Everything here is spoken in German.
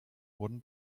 wurden